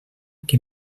que